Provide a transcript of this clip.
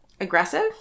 Aggressive